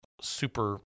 super